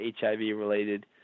HIV-related